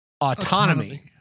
Autonomy